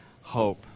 hope